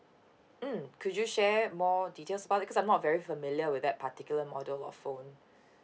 mm could you share more details about it because I'm not very familiar with that particular model of phone